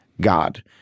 God